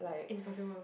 impossible